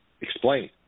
explain